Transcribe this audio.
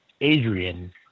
Adrian